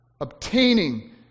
obtaining